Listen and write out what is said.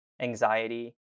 anxiety